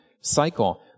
cycle